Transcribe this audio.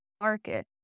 market